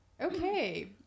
okay